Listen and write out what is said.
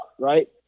Right